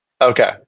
Okay